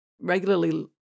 regularly